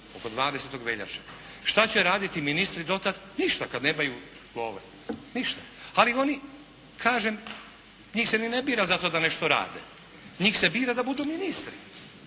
oko 20. veljače. Šta će raditi ministri do tada? Ništa kad nemaju love, ništa ali oni kažem njih se ni ne bira zato da nešto rade, njih se bira da budu ministri,